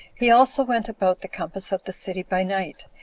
he also went about the compass of the city by night,